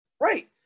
Right